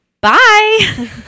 Bye